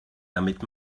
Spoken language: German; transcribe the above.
damit